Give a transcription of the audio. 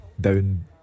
down